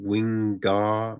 Wingar